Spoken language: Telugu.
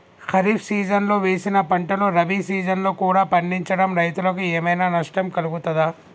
ఖరీఫ్ సీజన్లో వేసిన పంటలు రబీ సీజన్లో కూడా పండించడం రైతులకు ఏమైనా నష్టం కలుగుతదా?